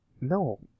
No